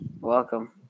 Welcome